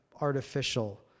artificial